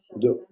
de